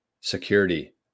security